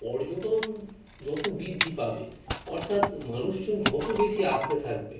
পর্যটন যতো বৃদ্ধি পাবে অর্থাৎ মানুষজন যতো বেশি আসতে থাকবে